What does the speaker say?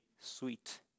sweet